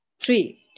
Three